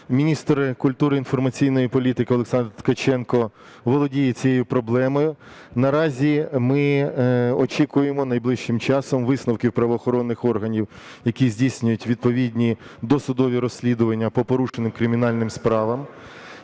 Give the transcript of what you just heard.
Міністр культури інформаційної політики Олександр Ткаченко володіє цією проблемою. Наразі ми очікуємо найближчим часом висновків правоохоронних органів, які здійснюють відповідні досудові розслідування по порушеним кримінальним справам.